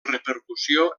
repercussió